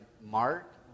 Mark